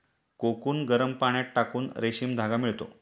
cocoon गरम पाण्यात टाकून रेशीम धागा मिळतो